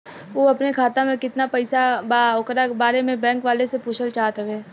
उ अपने खाते में कितना पैसा बा ओकरा बारे में बैंक वालें से पुछल चाहत हवे?